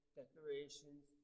decorations